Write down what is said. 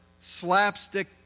slapstick